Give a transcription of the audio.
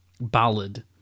ballad